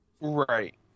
Right